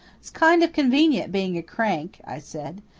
it's kind of convenient being a crank, i said.